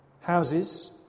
Houses